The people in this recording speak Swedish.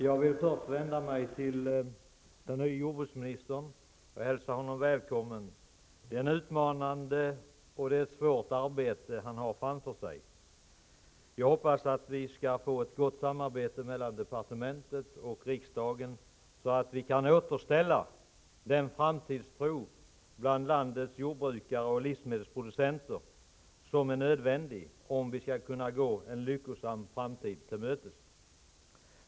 Fru talman! Jag vänder mig först till den nye jordbruksministern och hälsar honom välkommen. Det är ett utmanande och svårt arbete som han har framför sig. Jag hoppas att vi skall få ett gott samarbete mellan departementet och riksdagen, så att vi kan återställa den framtidstro bland landets jordbrukare och livsmedelsproducenter som är nödvändig för att gå en lyckosam framtid till mötes.